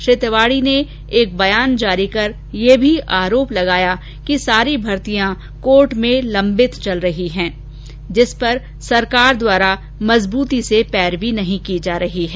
श्री तिवाड़ी ने एक बयान जारी कर ये भी आरोप लगाया कि सारी भर्तियां कोर्ट में लंबित चल रही है जिस पर सरकार द्वारा मजबूत पैरवी नहीं की जा रही है